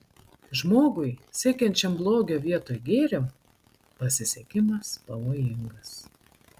žmogui siekiančiam blogio vietoj gėrio pasisekimas pavojingas